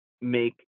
make